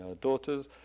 daughter's